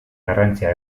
garrantzia